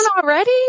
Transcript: Already